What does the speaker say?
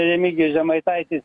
remigijus žemaitaitis